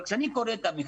אבל כשאני קורא את המכתב,